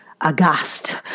aghast